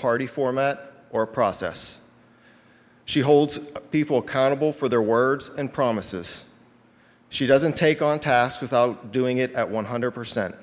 party format or process she holds people accountable for their words and promises she doesn't take on task without doing it at one hundred percent